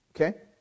okay